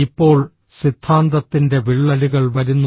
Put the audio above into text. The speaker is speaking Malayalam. ഇപ്പോൾ സിദ്ധാന്തത്തിന്റെ വിള്ളലുകൾ വരുന്നു